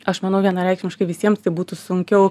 aš manau vienareikšmiškai visiems tai būtų sunkiau